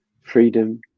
freedom